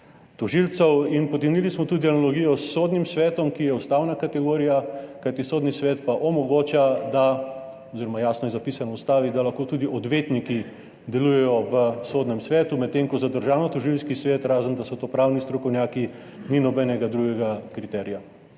In potegnili smo tudi analogijo s Sodnim svetom, ki je ustavna kategorija, kajti Sodni svet pa omogoča oziroma je jasno zapisano v ustavi, da lahko tudi odvetniki delujejo v Sodnem svetu, medtem ko za Državnotožilski svet, razen da so to pravni strokovnjaki, ni nobenega drugega kriterija.